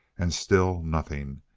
and still nothing.